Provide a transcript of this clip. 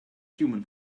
human